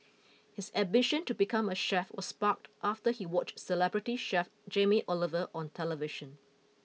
his ambition to become a chef was sparked after he watched celebrity chef Jamie Oliver on television